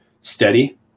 steady